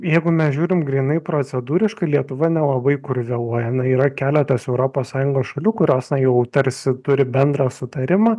jeigu mes žiūrim grynai procedūriškai lietuva nelabai kur vėluoja na yra keletas europos sąjungos šalių kurios na jau tarsi turi bendrą sutarimą